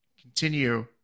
continue